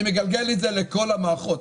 אני מגלגל את זה לכל המערכות.